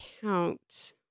count